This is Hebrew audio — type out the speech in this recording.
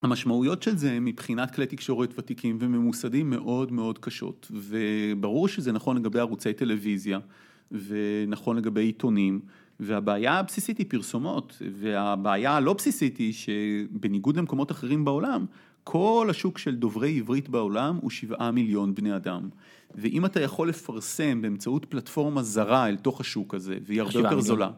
המשמעויות של זה מבחינת כלי תקשורת ותיקים וממוסדים מאוד מאוד קשות. וברור שזה נכון לגבי ערוצי טלוויזיה, ונכון לגבי עיתונים, והבעיה הבסיסית היא פרסומות, והבעיה הלא בסיסית היא שבניגוד למקומות אחרים בעולם, כל השוק של דוברי עברית בעולם הוא שבעה מיליון בני אדם, ואם אתה יכול לפרסם באמצעות פלטפורמה זרה אל תוך השוק הזה, והיא הרבה יותר זולה